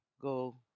go